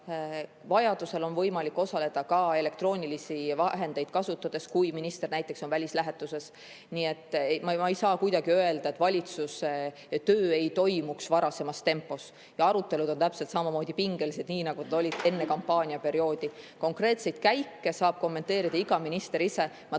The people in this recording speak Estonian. Vajadusel on võimalik osaleda ka elektroonilisi vahendeid kasutades, kui minister on näiteks välislähetuses. Nii et ma ei saa kuidagi öelda, et valitsuse töö ei toimuks varasemas tempos. Arutelud on täpselt samamoodi pingelised, nagu need olid ka enne kampaaniaperioodi. Konkreetseid käike saab kommenteerida iga minister ise. Ma tõesti